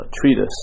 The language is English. treatise